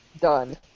Done